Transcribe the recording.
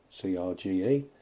CRGE